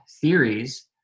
theories